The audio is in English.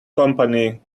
company